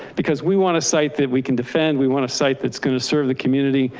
because we want a site that we can defend. we want a site that's going to serve the community,